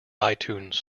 itunes